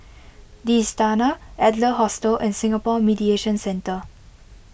the Istana Adler Hostel and Singapore Mediation Centre